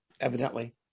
evidently